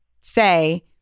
say